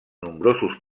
nombrosos